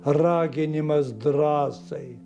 raginimas drąsai